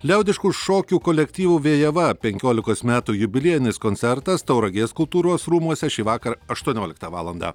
liaudiškų šokių kolektyvų vėjava penkiolikos metų jubiliejinis koncertas tauragės kultūros rūmuose šįvakar aštuonioliktą valandą